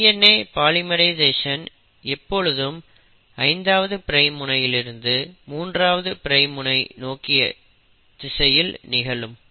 DNA polymerisation எப்பொழுதும் 5ஆவது prime முனையிலிருந்து 3ஆவது பிரைம் முனை நோக்கியே நிகழும்